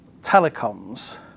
telecoms